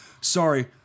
sorry